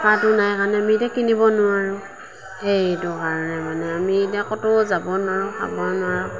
টকাটো নাই কাৰণে আমি এতিয়া কিনিব নোৱাৰোঁ সেইটো কাৰণে আমি এতিয়া ক'তো যাব নোৱাৰোঁ খাব নোৱাৰোঁ